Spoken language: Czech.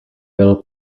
byl